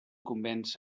convenç